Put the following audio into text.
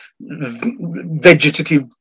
vegetative